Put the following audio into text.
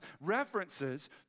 references